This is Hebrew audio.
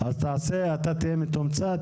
אז קודם כל אכן אושרו 108,000 יחידות דיור